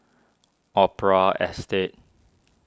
Opera Estate